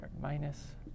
minus